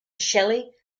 shelley